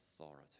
authority